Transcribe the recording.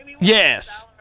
yes